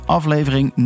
aflevering